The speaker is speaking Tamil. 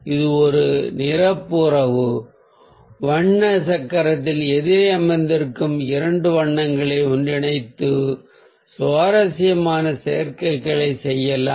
இது ஒரு நிரப்பு உறவு வண்ண சக்கரத்தில் எதிரே அமர்ந்திருக்கும் இரண்டு வண்ணங்களை ஒன்றிணைத்து சுவாரஸ்யமான சேர்க்கைகளை செய்யலாம்